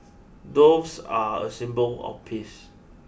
doves are a symbol of peace